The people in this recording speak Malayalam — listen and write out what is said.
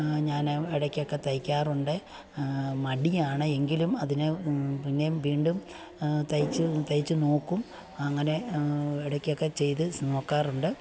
ഞാൻ ഇടയ്ക്കൊക്കെ തയ്ക്കാറുണ്ട് മടിയാണ് എങ്കിലും അതിന് പിന്നെയും വീണ്ടും തയ്ച്ചു തയ്ച്ചു നോക്കും അങ്ങനെ ഇടയ്ക്കൊക്കെ ചെയ്തു നോക്കാറുണ്ട്